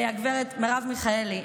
גב' מרב מיכאלי,